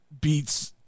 beats